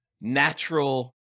natural